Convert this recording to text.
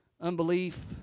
unbelief